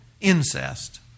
incest